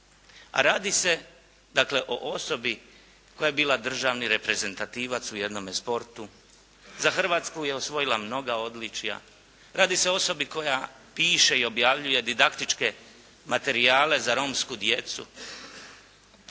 a radi se dakle o osobi koja je bila državni reprezentativac u jednome sportu, za Hrvatsku je osvojila mnoga odličja. Radi se o osobi koja piše i objavljuje didaktičke materijale za romsku djecu